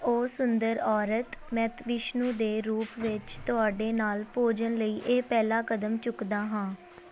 ਉਹ ਸੁੰਦਰ ਔਰਤ ਮੈਂ ਵਿਸ਼ਨੂੰ ਦੇ ਰੂਪ ਵਿੱਚ ਤੁਹਾਡੇ ਨਾਲ ਭੋਜਨ ਲਈ ਇਹ ਪਹਿਲਾ ਕਦਮ ਚੁੱਕਦਾ ਹਾਂ